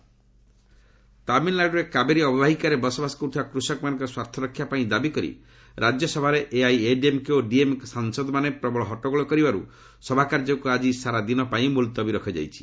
RS ଆଡର୍ଜନ ତାମିଲନାଡୁରେ କାବେରୀ ଅବବାହିକାରେ ବସବାସ କରୁଥିବା କୃଷକମାନଙ୍କ ସ୍ୱାର୍ଥରକ୍ଷା ପାଇଁ ଦାବିକରି ରାଜ୍ୟସଭାରେ ଏଆଇଏଡିଏମ୍କେ ଓ ଡିଏମ୍କେ ସାଂସଦମାନେ ପ୍ରବଳ ହଟ୍ଟଗୋଳ କରିବାରୁ ସଭାକାର୍ଯ୍ୟକୁ ଆଜି ସାରା ଦିନ ପାଇଁ ମୁଲତବୀ ରଖାଯାଇଛି